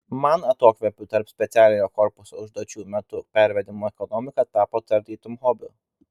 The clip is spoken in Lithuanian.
man atokvėpių tarp specialiojo korpuso užduočių metu pervedimų ekonomika tapo tarytum hobiu